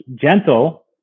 gentle